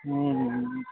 हूँ हूँ